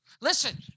Listen